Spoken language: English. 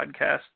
podcast